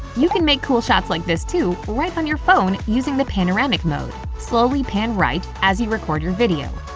you can make cool shots like this too right on your phone using the panoramic mode. slowly pan right as you record your video.